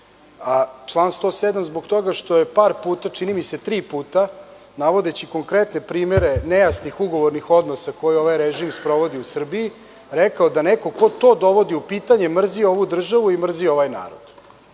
Član 107. zbog toga što je par puta, čini mi se tri puta, navodeći konkretne primere nejasnih ugovornih odnosa koje ovaj režim sprovodi u Srbiji, rekao da neko ko to dovodi u pitanje mrzi ovu državu i mrzi ovaj narod.